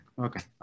okay